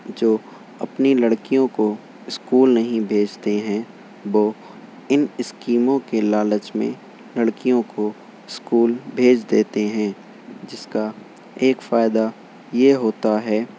جو اپنی لڑکیوں کو اسکول نہیں بھیجتے ہیں وہ ان اسکیموں کے لالچ میں لڑکیوں کو اسکول بھیج دیتے ہیں جس کا ایک فائدہ یہ ہوتا ہے